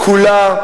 כולה,